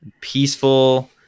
peaceful